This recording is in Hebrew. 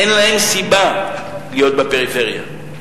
אין להם סיבה להיות בפריפריה?